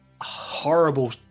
horrible